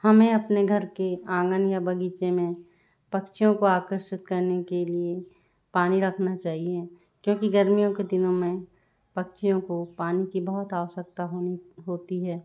हमें अपने घर के आंगन या बगीचे में पक्षियों को आकर्षित करने के लिए पानी रखना चाहिए क्योंकि गर्मियों के दिनों में पक्षियों को पानी की बहुत आवश्यकता होनी होती है